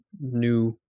new